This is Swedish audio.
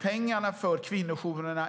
pengar till kvinnojourerna.